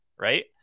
right